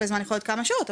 שיכול להיות כמה שעות,